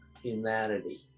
humanity